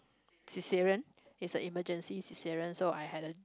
cesarean it's a emergency cesarean so I had a